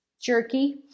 jerky